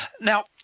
Now